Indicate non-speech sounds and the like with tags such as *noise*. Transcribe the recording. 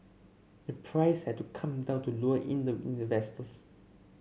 the price had to come down to lure in the in the *unintelligible*